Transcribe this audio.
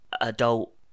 adult